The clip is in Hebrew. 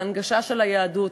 להנגשה של היהדות,